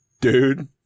dude